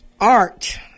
Art